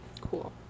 Cool